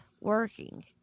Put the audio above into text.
working